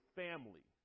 family